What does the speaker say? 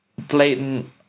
blatant